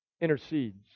intercedes